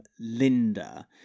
Linda